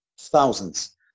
thousands